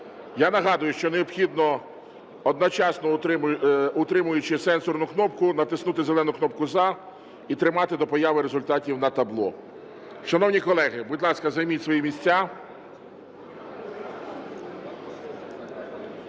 Я нагадую, що необхідно одночасно утримуючи сенсорну кнопку, натиснути зелену кнопку "За" і тримати до появи результатів на табло. Шановні колеги, будь ласка, займіть свої місця.